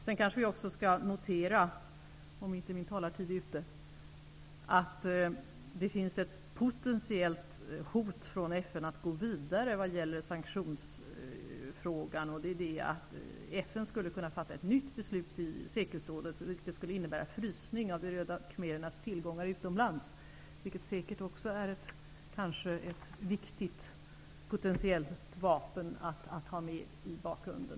Vi kan också notera att det finns ett potentiellt hot från FN om att gå vidare vad gäller sanktioner, och det är att FN skulle kunna fatta ett nytt beslut i säkerhetsrådet, vilket skulle innebära frysning av de röda khmerernas tillgångar utomlands. Det är säkert också ett viktigt potentiellt vapen att ha med i bakgrunden.